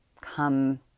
come